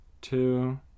Two